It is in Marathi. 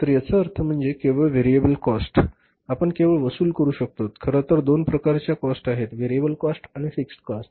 तर याचा अर्थ म्हणजे केवळ व्हेरिएबल कॉस्ट च आपण केवळ वसुल करू शकतोत खरंतर दोन प्रकारची कॉस्ट असते व्हेरिएबल कॉस्ट आणि फिक्स्ड कॉस्ट